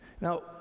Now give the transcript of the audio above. Now